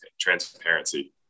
transparency